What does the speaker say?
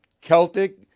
Celtic